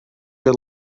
are